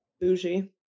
bougie